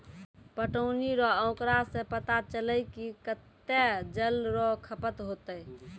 पटौनी रो आँकड़ा से पता चलै कि कत्तै जल रो खपत होतै